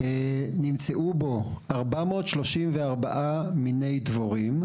נמצאו בו ארבע מאות שלושים וארבעה מיני דבורים.